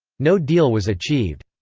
no deal was achieved.